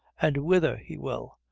and whither he will,